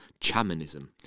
chamanism